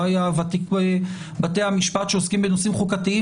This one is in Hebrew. שהוא אולי הוותיק מבתי המשפט שעוסקים בנושאים חוקתיים,